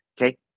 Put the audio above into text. Okay